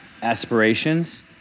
aspirations